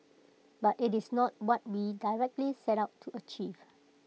but IT is not what we directly set out to achieve